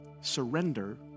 Surrender